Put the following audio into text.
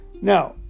now